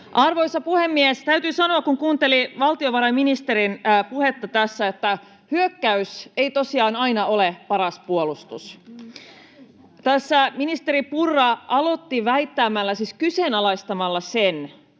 Arvoisa puhemies! Täytyy sanoa, kun kuuntelin valtiovarainministerin puhetta tässä, että hyökkäys ei tosiaan aina ole paras puolustus. Tässä ministeri Purra aloitti kyseenalaistamalla sen,